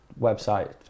website